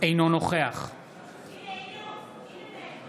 עאידה תומא סלימאן, אינה נוכחת האם נמצא באולם